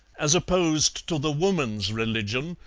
as opposed to the woman's religion,